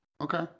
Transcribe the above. okay